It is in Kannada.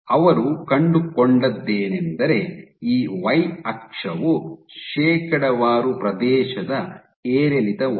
ಅವರು ಕಂಡುಕೊಂಡದ್ದೇನೆಂದರೆ ಈ ವೈ ಅಕ್ಷವು ಶೇಕಡಾವಾರು ಪ್ರದೇಶದ ಏರಿಳಿತವಾಗಿದೆ